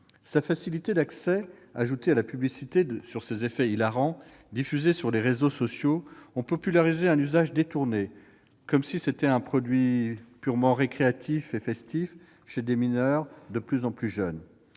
Sa facilité d'accès et la publicité sur ses effets hilarants diffusée sur les réseaux sociaux ont popularisé un usage détourné, comme s'il s'agissait d'un produit purement récréatif et festif, chez des mineurs de plus en plus jeunes.